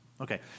Okay